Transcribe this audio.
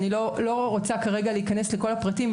אני לא רוצה להיכנס כרגע לכל הפרטים,